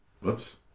whoops